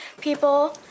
people